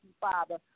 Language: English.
Father